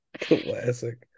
classic